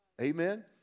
Amen